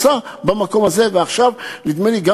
נעשה במקום הזה, ועכשיו, נדמה לי, גם